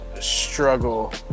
struggle